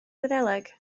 gwyddeleg